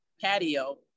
patio